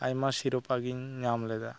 ᱟᱭᱢᱟ ᱥᱤᱨᱯᱟᱹ ᱜᱮᱧ ᱧᱟᱢ ᱞᱮᱫᱟ